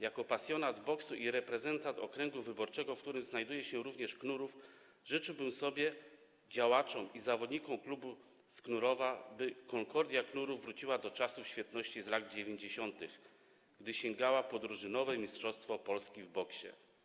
Jako pasjonat boksu i reprezentant okręgu wyborczego, w którym znajduje się również Knurów, życzyłbym sobie, działaczom i zawodnikom klubu z Knurowa, by Concordia Knurów wróciła do czasów świetności z lat 90., gdy sięgała po drużynowe mistrzostwo Polski w boksie.